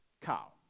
cow